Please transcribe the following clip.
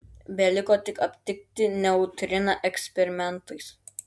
beliko tik aptikti neutriną eksperimentais